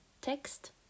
text